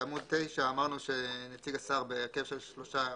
בעמוד 9 אמרנו שנציג השר בהרכב של שלושה,